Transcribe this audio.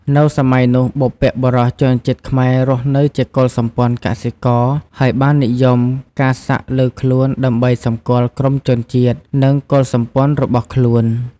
នៅសម័យនោះ បុព្វបុរសជនជាតិខ្មែររស់នៅជាកុលសម្ព័ន្ធកសិករ ហើយបាននិយមការសាក់លើខ្លួនដើម្បីសម្គាល់ក្រុមជនជាតិ និងកុលសម្ព័ន្ធរបស់ខ្លួន។